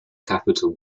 capitol